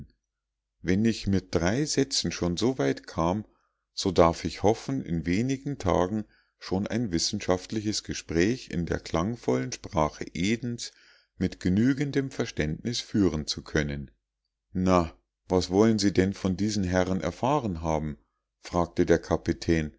wenn ich mit drei sätzen schon so weit kam so darf ich hoffen in wenigen tagen schon ein wissenschaftliches gespräch in der klangvollen sprache edens mit genügendem verständnis führen zu können na was wollen sie denn nun von diesen herren erfahren haben fragte der kapitän